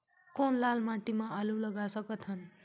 कौन लाल माटी म आलू लगा सकत हन?